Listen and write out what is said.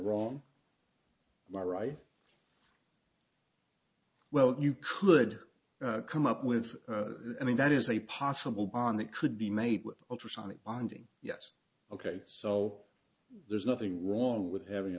wrong or right well you could come up with i mean that is a possible bond that could be made with ultrasonic bonding yes ok so there's nothing wrong with having